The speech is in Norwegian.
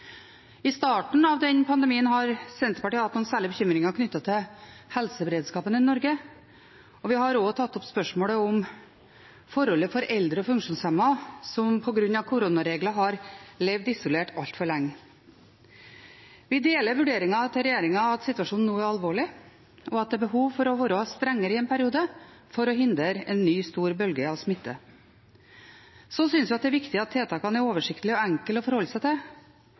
I starten av denne pandemien hadde Senterpartiet noen særlige bekymringer knyttet til helseberedskapen i Norge, og vi har også tatt opp spørsmålet om forholdene for eldre og funksjonshemmede som på grunn av koronaregler har levd isolert altfor lenge. Vi deler vurderingen til regjeringen av at situasjonen nå er alvorlig, og at det er behov for å være strengere i en periode for å hindre en ny, stor bølge av smitte. Så synes vi det er viktig at tiltakene er oversiktlige og enkle å forholde seg til,